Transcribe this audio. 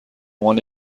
عنوان